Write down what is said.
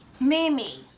Mimi